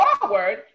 forward